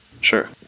Sure